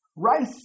Rice